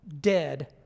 dead